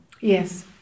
Yes